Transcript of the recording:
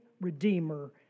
Redeemer